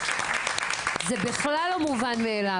זה בכלל לא מובן מאליו.